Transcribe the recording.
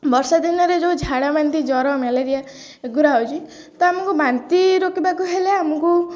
ବର୍ଷା ଦିନରେ ଯେଉଁ ଝାଡ଼ା ବାନ୍ତି ଜ୍ୱର ମ୍ୟାଲେରିଆ ଏଗୁଡ଼ା ହେଉଛି ତ ଆମକୁ ବାନ୍ତି ରୋକିବାକୁ ହେଲେ ଆମକୁ